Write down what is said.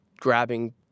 grabbing